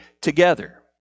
together